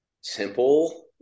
simple